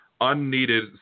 unneeded